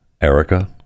Erica